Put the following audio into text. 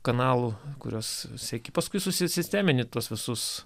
kanalų kuriuos seki paskui susisistemini tuos visus